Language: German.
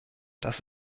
das